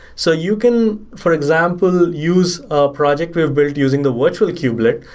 so you can for example, use a project we've built using the virtual kubelet,